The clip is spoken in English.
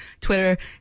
Twitter